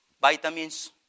vitamins